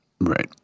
Right